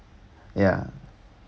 ya